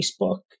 Facebook